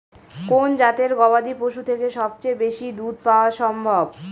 কোন জাতের গবাদী পশু থেকে সবচেয়ে বেশি দুধ পাওয়া সম্ভব?